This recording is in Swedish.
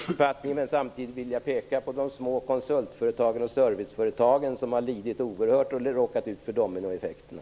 Herr talman! Jag vill bara säga att jag delar den uppfattningen. Samtidigt vill jag peka på de små konsult och serviceföretagen som har lidit oerhört och råkat ut för dominoeffekterna.